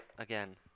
Again